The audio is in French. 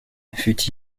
fut